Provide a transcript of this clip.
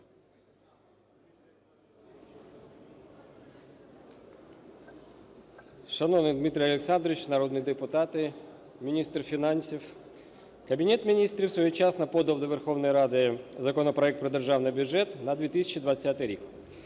Шановний Дмитре Олександровичу, народні депутати, міністр фінансів, Кабінет Міністрів своєчасно подав до Верховної Ради законопроект про Державний бюджет на 2020 рік